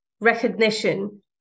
recognition